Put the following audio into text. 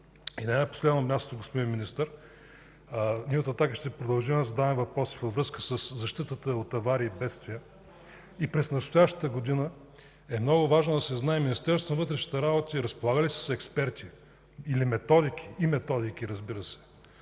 Не на последно място, господин Министър, ние от „Атака” ще продължим да задаваме въпроси във връзка с защитата от аварии и бедствия. И през настоящата година е много важно да се знае Министерството на вътрешните работи разполага ли с експерти и методики по оценка на риска